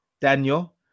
daniel